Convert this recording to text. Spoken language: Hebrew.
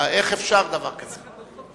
איך אפשר דבר כזה?